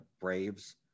Braves